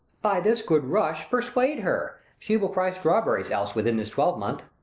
by this good rush, persuade her, she will cry strawberries else within this twelvemonth.